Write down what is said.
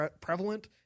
prevalent